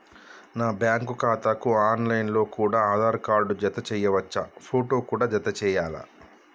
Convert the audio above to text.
నా బ్యాంకు ఖాతాకు online లో కూడా ఆధార్ కార్డు జత చేయవచ్చా ఫోటో కూడా జత చేయాలా?